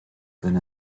been